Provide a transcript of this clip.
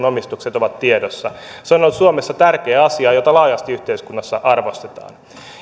omistukset ovat tiedossa se on ollut suomessa tärkeä asia jota laajasti yhteiskunnassa arvostetaan